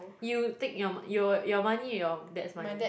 you take your your your money or your dad's money